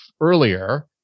earlier